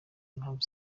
impamvu